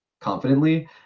confidently